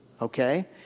Okay